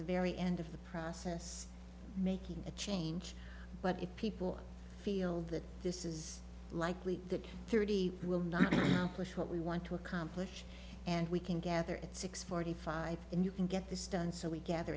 the very end of the process making a change but if people feel that this is likely the thirty will not publish what we want to accomplish and we can gather at six forty five and you can get this done so we gather